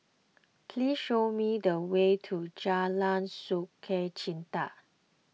please show me the way to Jalan Sukachita